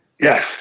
Yes